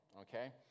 okay